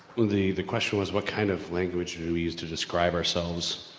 the, the question was what kind of language we use to describe ourselves